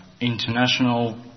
international